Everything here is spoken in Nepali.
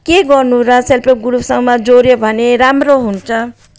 के गर्नु र सेल्पहेल्प ग्रुपसँग जोडियो भने राम्रो हुन्छ